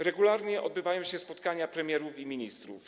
Regularnie odbywają się spotkania premierów i ministrów.